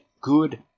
good